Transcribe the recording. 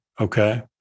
Okay